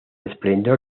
esplendor